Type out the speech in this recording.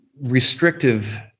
restrictive